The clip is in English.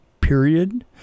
period